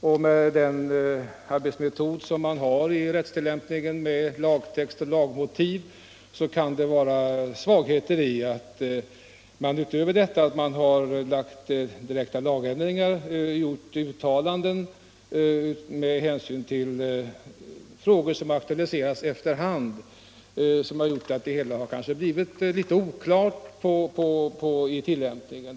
Och med den arbetsmetod man har i rättstillämpningen, med lagtext och lagmotiv, kan det vara en svaghet i att man utöver direkta lagändringar har gjort uttalanden med hänsyn till frågor som har aktualiserats efter hand, vilket har medfört en viss oklarhet i tillämpningen.